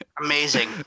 amazing